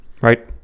right